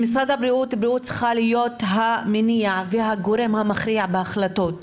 במשרד הבריאות הבריאות צריכה להיות המניע והגורם המכריע בהחלטות.